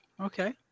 Okay